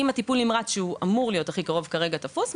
אם הטיפול נמרץ שהוא אמור להיות הכי קרוב כרגע תפוס,